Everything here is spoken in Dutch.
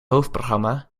hoofdprogramma